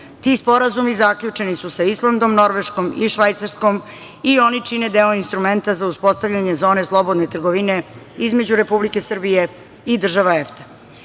Ti sporazumi zaključeni su sa Islandom, Norveškom i Švajcarskom i oni čine deo instrumenta za uspostavljanje zone slobodne trgovine između Republike Srbije i država EFTA.Kako